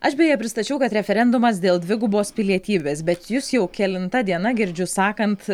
aš beje pristačiau kad referendumas dėl dvigubos pilietybės bet jus jau kelinta diena girdžiu sakant